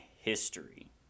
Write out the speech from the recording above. history